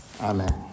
Amen